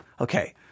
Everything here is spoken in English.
okay